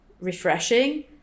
refreshing